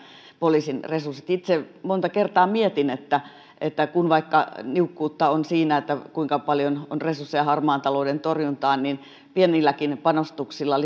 poliisin resurssit itse monta kertaa mietin että että vaikka niukkuutta on siinä kuinka paljon on resursseja harmaan talouden torjuntaan niin pienilläkin lisäpanostuksilla